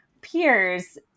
peers